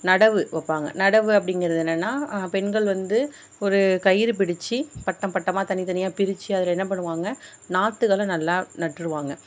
நடவு வைப்பாங்க நடவு அப்படிங்கிறது என்னென்னா பெண்கள் வந்து ஒரு கயிறு பிடித்து பட்டம் பட்டமாக தனி தனியாக பிரித்து அதில் என்ன பண்ணுவாங்க நாற்றுகள நல்லா நட்டுருவாங்க